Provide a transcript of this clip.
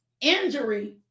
Injury